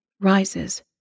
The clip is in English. rises